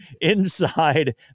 inside